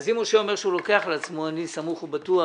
אם משה אומר שהוא לוקח על עצמו, אני סמוך ובטוח